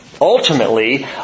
Ultimately